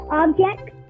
objects